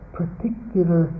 particular